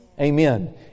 Amen